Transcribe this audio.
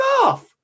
off